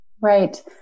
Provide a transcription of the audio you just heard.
Right